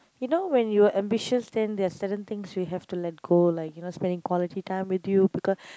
you know when you are ambitious then there's certain things we have to let go like you know spending quality time with you because